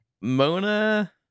Mona